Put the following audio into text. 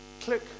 Click